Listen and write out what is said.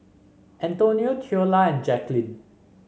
Antonio Theola and Jacquline